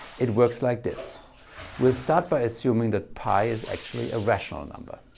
it works like this we'll start by assuming that pi is actually a rational number.